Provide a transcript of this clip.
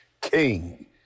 King